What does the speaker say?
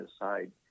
aside